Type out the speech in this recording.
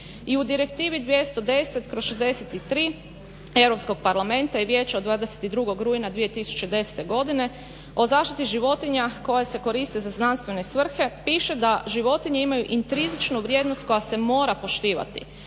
I u Direktivi 210/63 Europskog parlamenta i vijeća od 22. rujna 2010. godine o zaštiti životinja koje se koriste za znanstvene svrhe piše da životinje imaju intrinzičnu vrijednost koja se mora poštivati.